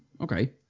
Okay